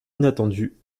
inattendue